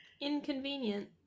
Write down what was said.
Inconvenient